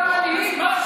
אתה מנהיג.